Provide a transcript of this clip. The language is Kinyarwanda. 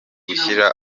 gushyira